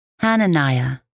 Hananiah